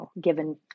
given